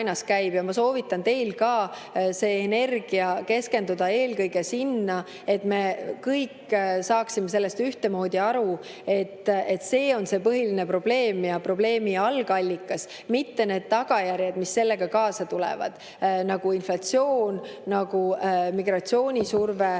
Ja ma soovitan teil ka see energia keskendada eelkõige sinna, et me kõik saaksime sellest ühtemoodi aru, et see on see põhiline probleem ja probleemi algallikas, mitte need tagajärjed, mis sellega kaasa tulevad, nagu inflatsioon, nagu migratsioonisurve,